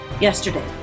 yesterday